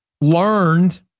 learned